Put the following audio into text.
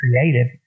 creative